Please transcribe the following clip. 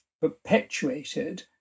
perpetuated